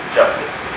justice